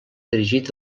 dirigit